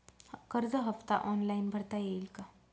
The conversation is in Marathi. कर्ज हफ्ता ऑनलाईन भरता येईल का?